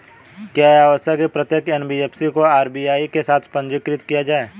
क्या यह आवश्यक है कि प्रत्येक एन.बी.एफ.सी को आर.बी.आई के साथ पंजीकृत किया जाए?